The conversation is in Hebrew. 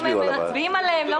מצביעים עליהן, לא